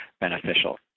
beneficial